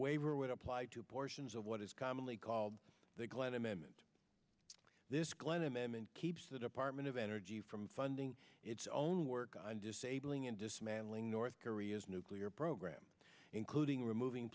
waiver would apply to portions of what is commonly called the glenn amendment this glen amendment keeps the department of energy from funding its own work i'm disabling in dismantling north korea's nuclear program including removing